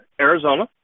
Arizona